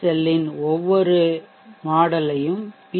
செல்லின் ஒவ்வொரு மாதிரிமாடல்யும் பி